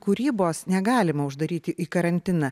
kūrybos negalima uždaryti į karantiną